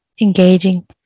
engaging